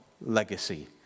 legacy